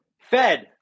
Fed